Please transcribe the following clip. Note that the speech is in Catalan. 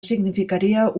significaria